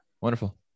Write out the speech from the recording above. Wonderful